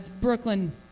Brooklyn